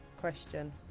question